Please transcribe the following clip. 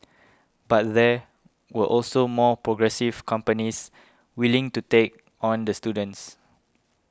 but there were also more progressive companies willing to take on the students